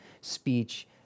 speech